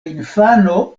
infano